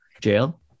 jail